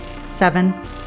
Seven